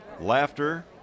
laughter